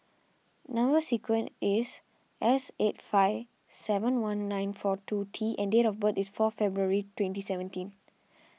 Number Sequence is S eight five seven one nine four two T and date of birth is four February twenty seventeen